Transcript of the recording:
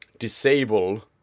disable